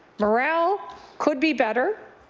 moral could be better.